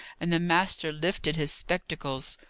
and the master lifted his spectacles.